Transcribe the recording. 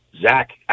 Zach